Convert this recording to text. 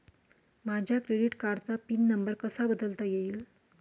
माझ्या क्रेडिट कार्डचा pin number कसा बदलता येईल?